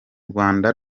rwanda